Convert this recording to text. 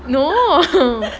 no